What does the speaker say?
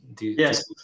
Yes